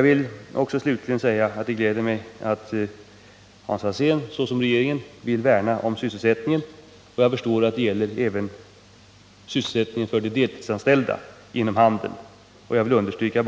Slutligen vill jag säga att det gläder mig att Hans Alsén liksom regeringen vill värna om sysselsättningen. Jag förstår att det gäller även sysselsättningen för de deltidsanställda inom handeln. Jag vill bara understryka